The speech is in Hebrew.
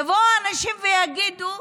יבואו יגידו: